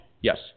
yes